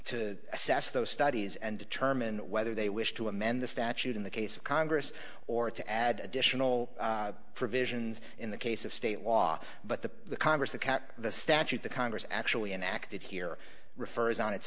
to assess those studies and determine whether they wish to amend the statute in the case of congress or to add additional provisions in the case of state law but the congress that kept the statute that congress actually enacted here refers on